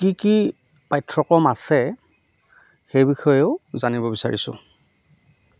কি কি পাঠ্যক্ৰম আছে সেই বিষয়েও জানিব বিচাৰিছোঁ